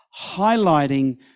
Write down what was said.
Highlighting